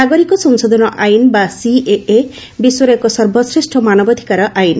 ନାଗରିକ ସଂଶୋଧନ ଆଇନ ବା ସିଏଏ ବିଶ୍ୱର ଏକ ସର୍ବଶ୍ରେଷ ମାନବାଧୀକାର ଆଇନ